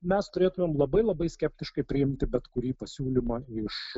mes turėtumėm labai labai skeptiškai priimti bet kurį pasiūlymą iš